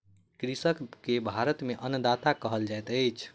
कृषक के भारत में अन्नदाता कहल जाइत अछि